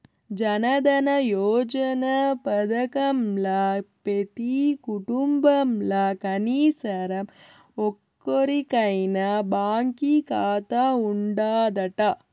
జనదన యోజన పదకంల పెతీ కుటుంబంల కనీసరం ఒక్కోరికైనా బాంకీ కాతా ఉండాదట